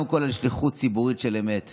מנת שיחזור החל"ת לאנשים החלשים ביותר